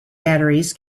batteries